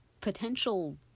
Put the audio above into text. potential